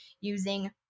using